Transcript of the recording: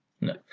no